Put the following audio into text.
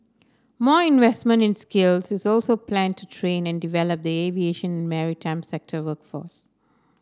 more investment in skills is also planned to train and develop the aviation maritime sector workforce